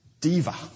diva